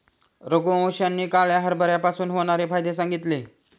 रघुवंश यांनी काळ्या हरभऱ्यापासून होणारे फायदे सांगितले